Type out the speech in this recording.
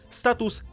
status